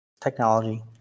technology